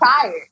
Tired